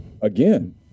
again